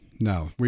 No